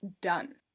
done